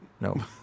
No